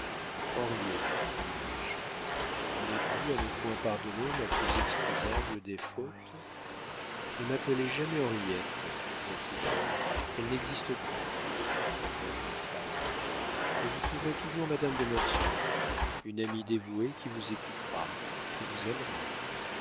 henriette lui dis-je en êtes vous à ne point pardonner la plus excusable des fautes ne m'appelez jamais henriette reprit-elle elle n'existe plus la pauvre femme mais vous trouverez toujours madame de mortsauf une amie dévouée qui vous écoutera qui vous aimera